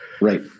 Right